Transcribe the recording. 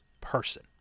person